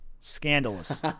Scandalous